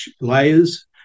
layers